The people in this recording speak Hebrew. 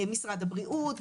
משרד הבריאות,